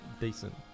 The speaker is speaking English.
decent